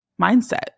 mindset